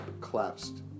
collapsed